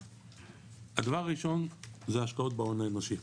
הדבר הראשון זה השקעות בהון האנושי.